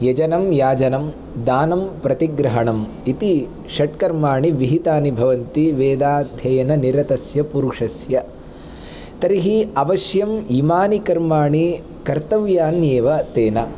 यजनं याजनं दानं प्रतिग्रहणं इति षट्कर्माणि विहितानि भवन्ति वेदाध्ययननिरतस्य पुरुषस्य तर्हि अवश्यम् इमानि कर्माणि कर्तव्यानि एव तेन